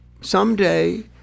Someday